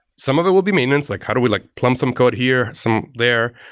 some of it will be maintenance, like how do we like plum some code here, some there?